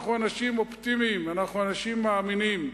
אנחנו אנשים אופטימיים, אנחנו אנשים מאמינים.